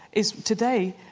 is today,